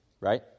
right